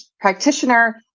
practitioner